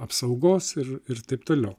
apsaugos ir ir taip toliau